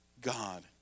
God